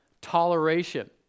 toleration